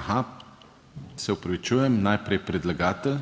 Aha, se opravičujem, najprej predlagatelj